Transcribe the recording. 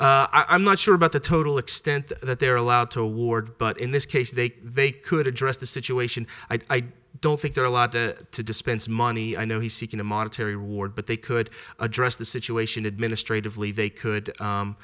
king i'm not sure about the total extent that they're allowed to award but in this case they they could address the situation i do don't think they're a lot to dispense money i know he's seeking a monetary award but they could address the situation administratively they could